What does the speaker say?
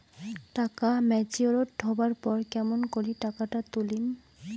টাকা ম্যাচিওরড হবার পর কেমন করি টাকাটা তুলিম?